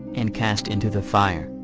and cast into the fire.